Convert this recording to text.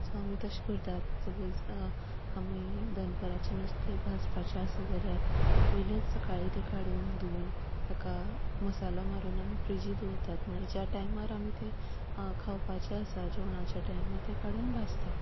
so आमी तशें करतात सपोज आमी दनपारचें नुस्तें भाजपाचें आसा जाल्यार वेल्यान सकाळी तें काडून धुवन ताका मसालो मारून आमी फ्रिजींत दवरतात म्हळ्यार ज्या टायमार आमी तें खावपाचें आसा जेवणाच्या टायमार तें काडून भाजतात